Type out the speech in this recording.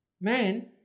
Man